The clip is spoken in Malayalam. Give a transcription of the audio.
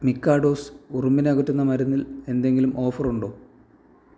മിക്കാഡോസ് ഉറുമ്പിനെ അകറ്റുന്ന മരുന്നിൽ എന്തെങ്കിലും ഓഫറുണ്ടോ